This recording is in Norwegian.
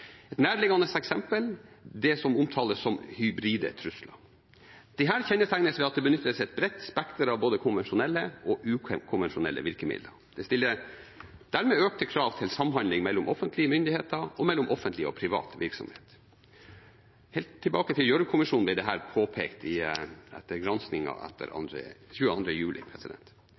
Et nærliggende eksempel er det som omtales som hybride trusler. Disse kjennetegnes ved at det benyttes et bredt spekter av både konvensjonelle og ukonvensjonelle virkemidler. Det stiller dermed økte krav til samhandling mellom offentlige myndigheter og mellom offentlig og privat virksomhet. Helt tilbake til Gjørv-kommisjonen ble dette påpekt, i granskningen etter 22. juli.